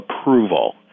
approval